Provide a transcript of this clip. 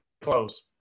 close